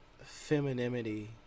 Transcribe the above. femininity